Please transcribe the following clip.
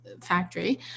factory